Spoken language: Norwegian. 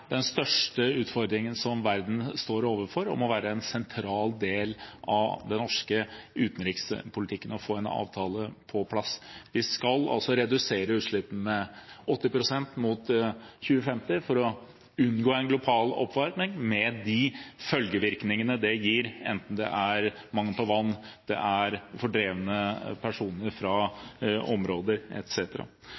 den største utfordringen verden står overfor, og det må være en sentral del av den norske utenrikspolitikken å få en avtale på plass. Vi skal altså redusere utslippene med 80 pst. mot 2050 for å unngå en global oppvarming, med de følgevirkningene det gir, enten det er mangel på vann, fordrevne personer fra